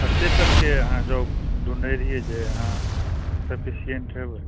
कते तकके अहाँ जॉब ढुँढै रहियै जे अहाँ सफिसियेन्ट हेबै